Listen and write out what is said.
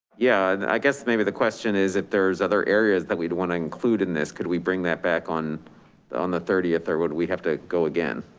yeah, i guess maybe the question is if there's other areas that we'd want to include in this, could we bring that back on the on the thirtieth or would we have to go again?